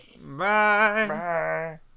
Bye